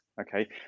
okay